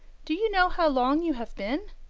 do you know how long you have been?